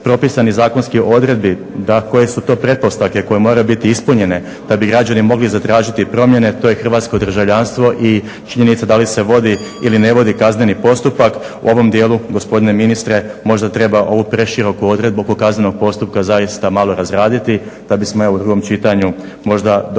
hrvatsko državljanstvo i činjenica da li se vodi ili ne vodi kazneni postupak. U ovom dijelu gospodine ministre možda treba ovu preširoku odredbu oko kaznenog postupka zaista malo razraditi da bismo evo u drugom čitanju možda dobili